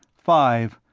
five,